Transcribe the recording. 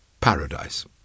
Paradise